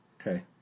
Okay